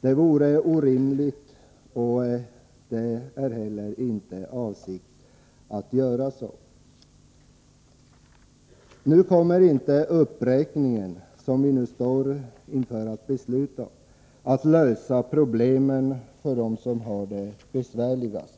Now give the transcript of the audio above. Det vore orimligt, och det är inte heller avsikten att så skall ske. Den uppräkning som vi nu står inför att besluta om kommer inte att lösa problemen för dem som har det besvärligast.